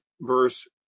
verse